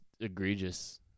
egregious